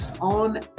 on